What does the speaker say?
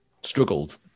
struggled